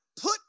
put